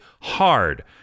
hard